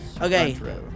Okay